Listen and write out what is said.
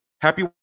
Happy